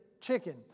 chicken